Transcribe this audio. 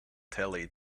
telly